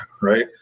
right